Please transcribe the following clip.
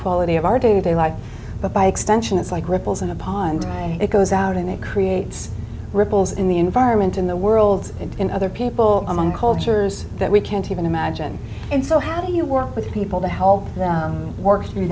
quality of our day to day life but by extension it's like ripples in a pond it goes out and it creates ripples in the environment in the world in other people among cultures that we can't even imagine and so how do you work with people to help work through